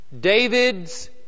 David's